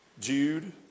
Jude